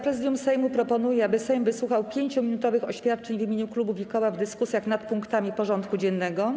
Prezydium Sejmu proponuje, aby Sejm wysłuchał 5-minutowych oświadczeń w imieniu klubów i koła w dyskusjach nad punktami porządku dziennego.